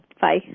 Bye